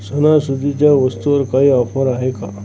सणासुदीच्या वस्तूवर काही ऑफर आहे का